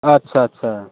अच्छा अच्छा